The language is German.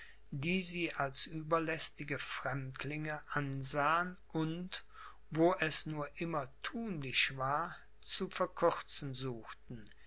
die sie als überlästige fremdlinge ansahen und wo es nur immer thunlich war zu verkürzen suchten